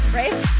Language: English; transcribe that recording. right